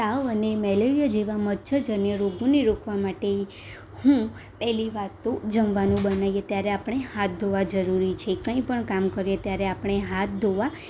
તાવ અને મેલેરિયા જેવા મચ્છરજન્ય રોગોને રોકવા માટે હું પહેલી વાત તો જમવાનું બનાવીએ ત્યારે આપણે હાથ ધોવા જરૂરી છે કંઇપણ કામ કરીએ ત્યારે આપણે હાથ ધોવા